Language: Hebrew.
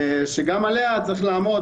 גם על משמעות זו צריך לעמוד.